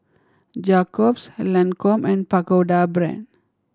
Jacob's Lancome and Pagoda Brand